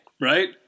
right